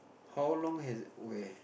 how long has it where